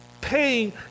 pain